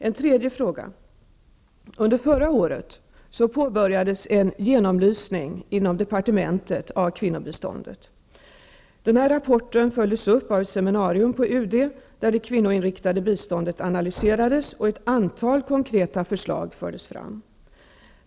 En tredje fråga: Under förra året påbörjades inom departementet en genomlysning av kvinnobiståndet. En rapport följdes upp av ett seminarium på UD, där det kvinnoinriktade biståndet analyserades och ett antal konkreta förslag fördes fram.